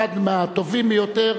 אחד מהטובים ביותר,